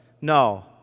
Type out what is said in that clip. no